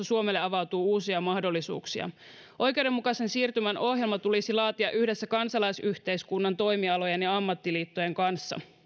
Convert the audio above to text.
suomelle avautuu uusia mahdollisuuksia oikeudenmukaisen siirtymän ohjelma tulisi laatia yhdessä kansalaisyhteiskunnan toimialojen ja ammattiliittojen kanssa